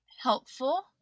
helpful